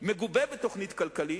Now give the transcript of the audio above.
מגובה בתוכנית כלכלית,